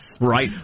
Right